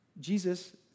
Jesus